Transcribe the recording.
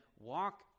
walk